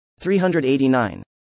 389